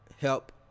help